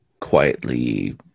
quietly